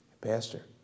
Pastor